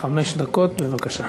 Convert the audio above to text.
חמש דקות, בבקשה.